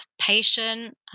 patient